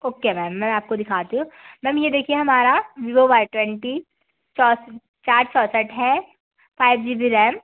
okay ma'am मैं आपको दिखाती हूँ मैम ये देखिए हमारा वीवो वाई ट्वेंटी चार चार चौंसठ है फ़ाइव जी बी रैम